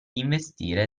investire